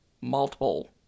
multiple